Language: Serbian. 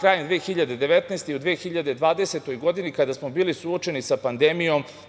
krajem 2019. godine i u 2020. godini kada smo bili suočeni sa